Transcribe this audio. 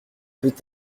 peut